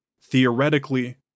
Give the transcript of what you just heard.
Theoretically